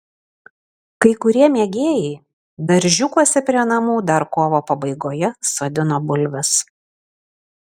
kai kurie mėgėjai daržiukuose prie namų dar kovo pabaigoje sodino bulves